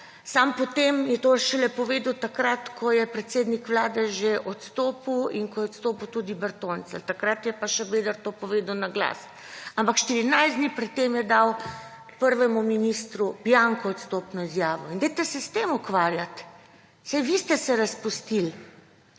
Samo potem je to povedal šele takrat, ko je predsednik Vlade že odstopil in ko je odstopil tudi Bertoncelj. Takrat je pa Šabeder to povedal naglas. Ampak 14 dni pred tem je dal prvemu ministru bianco odstopno izjavo. In dajte se s tem ukvarjati. Saj vi ste se razpustili.